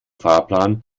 fahrplan